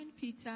Peter